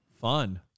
Fun